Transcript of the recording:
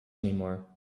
anymore